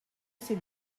c’est